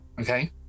okay